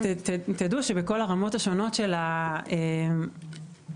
שבכל הרמות השונות של ההסדרה,